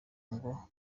ngo